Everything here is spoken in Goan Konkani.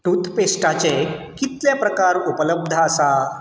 टुथपेस्टाचे कितले प्रकार उपलब्ध आसात